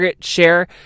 share